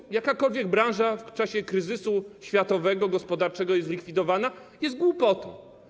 Jeśli jakakolwiek branża w czasie kryzysu światowego, gospodarczego jest likwidowana, jest to głupotą.